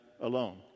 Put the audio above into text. alone